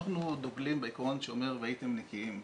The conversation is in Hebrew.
אנחנו דוגלים בעיקרון שאומר והייתם נקיים.